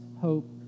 hope